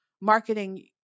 marketing